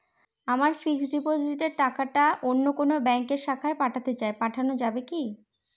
আমার ফিক্সট ডিপোজিটের টাকাটা অন্য কোন ব্যঙ্কের শাখায় পাঠাতে চাই পাঠানো যাবে কি?